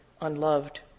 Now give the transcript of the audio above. unloved